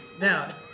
now